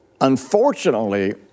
unfortunately